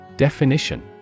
Definition